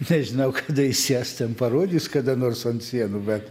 nežinau kada jis jas ten parodys kada nors ant sienų bet